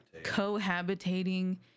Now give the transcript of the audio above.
cohabitating